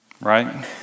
right